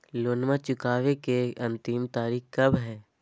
लोनमा चुकबे के अंतिम तारीख कब हय?